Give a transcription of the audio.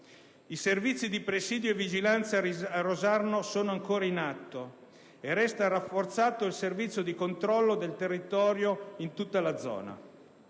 I servizi di presidio e vigilanza a Rosarno sono ancora in atto e resta rafforzato il servizio di controllo del territorio in tutta la zona.